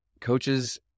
coaches